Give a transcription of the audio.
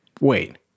wait